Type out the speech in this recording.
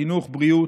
חינוך ובריאות,